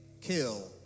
kill